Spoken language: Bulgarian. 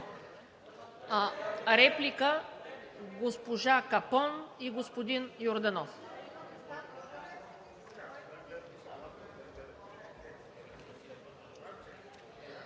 Реплика – госпожа Капон и господин Йорданов.